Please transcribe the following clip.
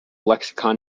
lexicon